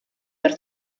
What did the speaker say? wrth